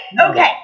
Okay